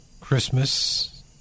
Christmas